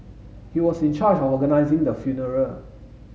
he was in charge of organising the funeral